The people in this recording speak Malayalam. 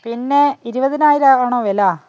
പിന്നെ ഇരുപതിനായിരമാകണോ വില